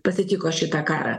pasitiko šitą karą